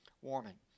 warming